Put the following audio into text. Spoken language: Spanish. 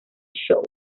show